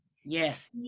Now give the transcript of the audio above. yes